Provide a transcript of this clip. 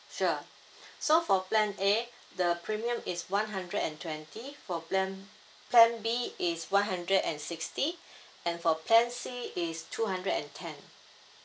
sure so for plan A the premium is one hundred and twenty for plan plan B is one hundred and sixty and for plan C is two hundred and ten